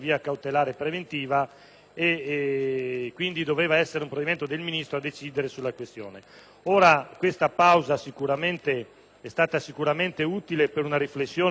quindi doveva essere un provvedimento del Ministro a decidere della questione. Questa pausa è stata sicuramente utile per una riflessione da parte di tutti noi,